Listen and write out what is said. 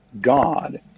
God